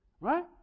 Right